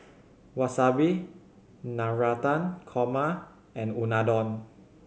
Wasabi Navratan Korma and Unadon